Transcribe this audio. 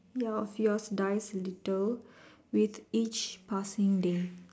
ya of yours dies a little with each passing day